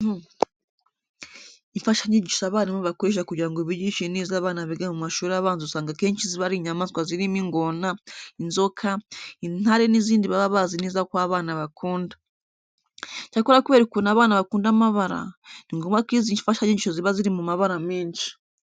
Imfashanyigisho abarimu bakoresha kugira ngo bigishe neza abana biga mu mashuri abanza usanga akenshi ziba ari inyamaswa zirimo ingona, inzoka, intare n'izindi baba bazi neza ko abana bakunda. Icyakora kubera ukuntu abana bakunda amabara, ni ngombwa ko izi mfashanyigisho ziba ziri mu mabara menshi.